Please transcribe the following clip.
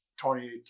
28